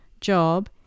job